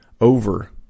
over